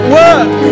work